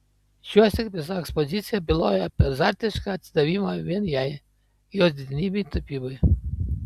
šiuosyk visa ekspozicija byloja apie azartišką atsidavimą vien jai jos didenybei tapybai